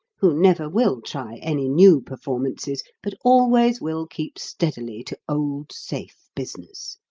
who never will try any new performances, but always will keep steadily to old, safe business.